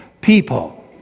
people